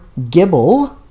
Gibble